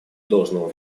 должного